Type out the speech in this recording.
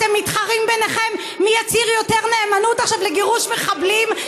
אתם מתחרים ביניכם מי יצהיר עכשיו יותר נאמנות לגירוש מחבלים,